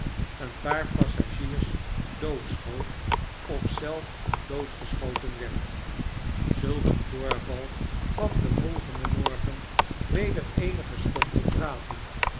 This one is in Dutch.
een paar passagiers doodschoot of zelf doodgeschoten werd zulk een voorval gaf den volgenden morgen weder eenige stof tot praten